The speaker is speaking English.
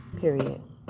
period